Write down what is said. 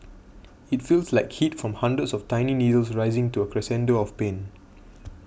it feels like heat from hundreds of tiny needles rising to a crescendo of pain